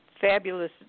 fabulous